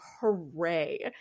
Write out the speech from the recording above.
hooray